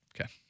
Okay